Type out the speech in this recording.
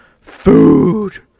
food